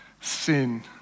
sin